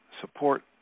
support